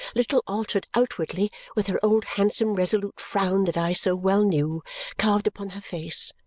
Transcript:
little altered outwardly, with her old handsome resolute frown that i so well knew carved upon her face.